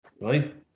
right